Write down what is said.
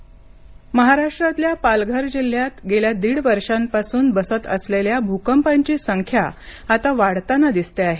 पालघर भकंप महाराष्ट्रातल्या पालघर जिल्ह्यात गेल्या दीड वर्षांपासून बसत असलेल्या भूकंपांची संख्या आता वाढताना दिसते आहे